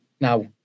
Now